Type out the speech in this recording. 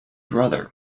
brother